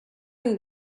and